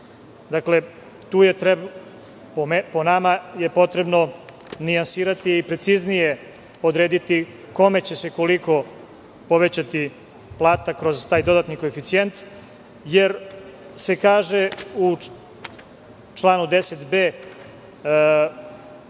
škole. Dakle, po nama je potrebno nijansirati i preciznije odrediti kome će se koliko povećati plata kroz taj dodatni koeficijent, jer se kaže u članu 10b,